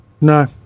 No